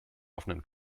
offenen